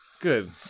Good